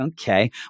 Okay